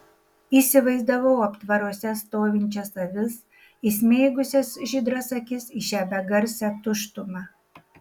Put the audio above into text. įsivaizdavau aptvaruose stovinčias avis įsmeigusias žydras akis į šią begarsę tuštumą